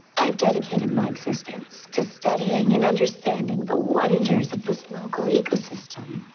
i've dedicated my existence to studying and understanding the wonders of this local ecosystem.